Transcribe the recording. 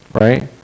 right